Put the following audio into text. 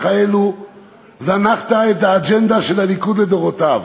אלו זנחת את האג'נדה של הליכוד לדורותיו.